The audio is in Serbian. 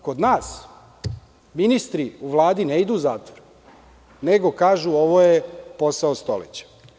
Kod nas ministri u Vladi ne idu u zatvor, nego kažu – ovo je posao stoleća.